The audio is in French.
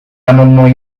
amendements